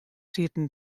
sieten